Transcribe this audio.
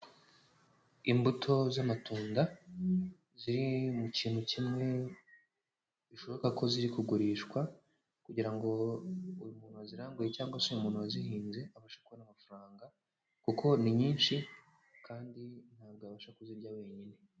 Imbuto z'amatunda, ziri mu kintu kimwe. Bishoboka ko ziri kugurishwa, kugira ngo uyu umuntu waziranguye cyangwa se umuntu wazihinze, abashe kubona amafaranga. kuko ni nyinshi kandi ntabwo yabasha kuzirya wenyine.